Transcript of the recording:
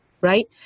right